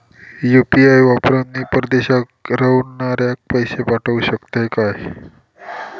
UPI वापरान मी परदेशाक रव्हनाऱ्याक पैशे पाठवु शकतय काय?